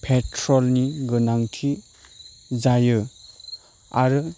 पेट्रलनि गोनांथि जायो आरो